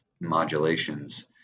modulations